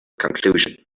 conclusion